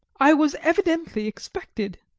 i was evidently expected,